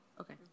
Okay